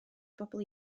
bobl